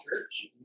church